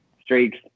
streaks